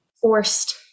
forced